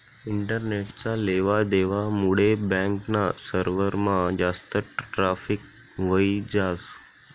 इंटरनेटना लेवा देवा मुडे बॅक ना सर्वरमा जास्त ट्रॅफिक व्हयी जास